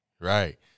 right